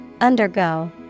Undergo